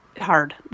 hard